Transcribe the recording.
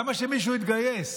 למה שמישהו יתגייס